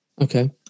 Okay